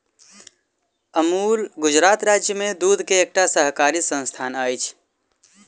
अमूल गुजरात राज्य में दूध के एकटा सहकारी संस्थान अछि